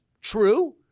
true